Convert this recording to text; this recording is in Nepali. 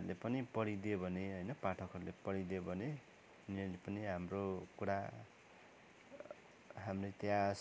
भाषी समुदायहरूले पनि पढिदियो भने होइन पाठकहरूले पढिदियो भने उनीहरूले पनि हाम्रो कुरा हाम्रो इतिहास